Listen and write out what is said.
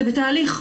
זה בתהליך.